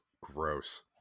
gross